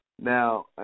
Now